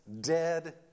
dead